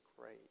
great